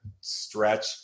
stretch